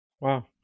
Wow